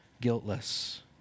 guiltless